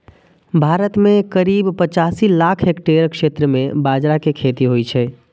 भारत मे करीब पचासी लाख हेक्टेयर क्षेत्र मे बाजरा के खेती होइ छै